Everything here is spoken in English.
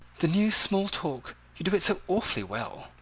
the new small talk. you do it so awfully well.